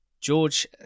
George